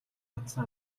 утсаа